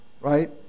Right